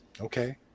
okay